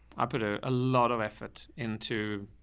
i put a ah lot of effort into